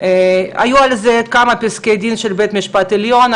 היו על זה כמה פסקי דין של בית המשפט העליון,